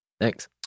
Thanks